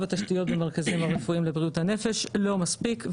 התשתיות במרכזים הרפואיים לבריאות הנפש לא מספיק,